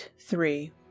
three